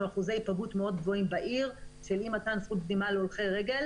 אחוזי היפגעות מאוד גבוהים בעיר של אי-מתן זכות קדימה להולכי רגל